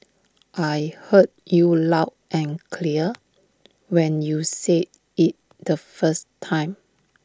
I heard you loud and clear when you said IT the first time